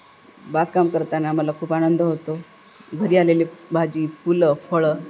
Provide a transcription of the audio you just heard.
बागकाम करताना आम्हाला खूप आनंद होतो घरी आलेले भाजी फुलं फळं